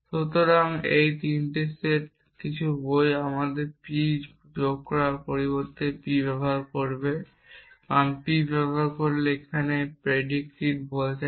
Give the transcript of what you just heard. সুতরাং এই 3 টি সেট কিছু বই আমাদের প্রতীক P যোগ করার পরিবর্তে p ব্যবহার করবে কারণ p ব্যবহার করলে এখানে predicate বোঝায়